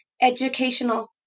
educational